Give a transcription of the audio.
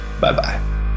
Bye-bye